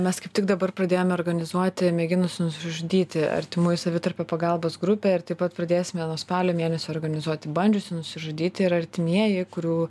mes kaip tik dabar pradėjome organizuoti mėginusių nusižudyti artimųjų savitarpio pagalbos grupę ir taip pat pradėsime nuo spalio mėnesio organizuoti bandžiusių nusižudyti ir artimieji kurių